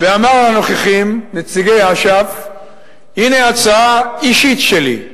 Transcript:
ואמר לנוכחים נציגי אש"ף: הנה הצעה אישית שלי.